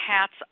hats